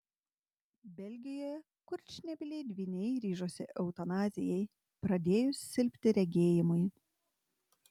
belgijoje kurčnebyliai dvyniai ryžosi eutanazijai pradėjus silpti regėjimui